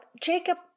Jacob